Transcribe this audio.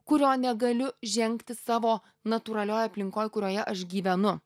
kurio negaliu žengti savo natūralioj aplinkoj kurioje aš gyvenu